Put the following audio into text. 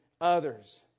others